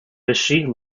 machine